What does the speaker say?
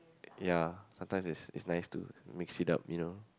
ya sometimes is is nice to mix it up you know